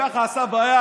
הוא עשה ככה ביד.